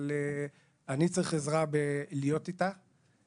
אבל אני צריך עזרה בלהיות איתה,